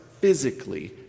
physically